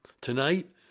Tonight